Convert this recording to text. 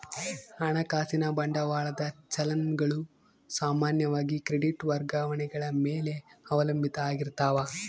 ಹಣಕಾಸಿನ ಬಂಡವಾಳದ ಚಲನ್ ಗಳು ಸಾಮಾನ್ಯವಾಗಿ ಕ್ರೆಡಿಟ್ ವರ್ಗಾವಣೆಗಳ ಮೇಲೆ ಅವಲಂಬಿತ ಆಗಿರ್ತಾವ